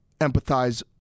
empathize